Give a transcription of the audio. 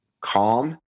calm